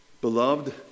beloved